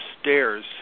stairs